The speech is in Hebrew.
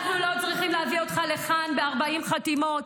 אנחנו לא צריכים להביא אותך לכאן ב-40 חתימות.